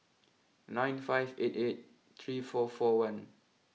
nine five eight eight three four four one